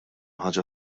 ħaġa